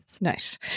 Nice